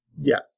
Yes